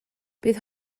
bydd